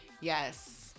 Yes